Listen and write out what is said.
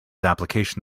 application